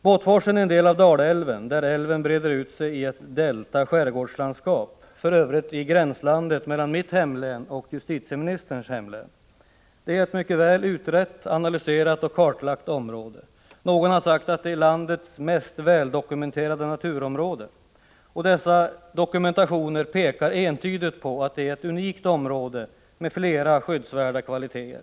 Båtforsen är en del av Dalälven, där älven breder ut sig i ett skärgårdslandskap, för övrigt i gränslandet mellan mitt hemlän och justitieministerns hemlän. Det är ett mycket väl utrett, analyserat och kartlagt område. Någon har sagt att det är landets mest väldokumenterade naturområde. Denna dokumentation pekar entydigt på att det är ett unikt område med flera skyddsvärda kvaliteter.